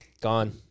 gone